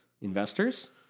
Investors